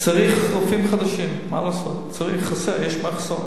צריך חוקים חדשים, מה לעשות, יש מחסור.